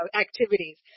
activities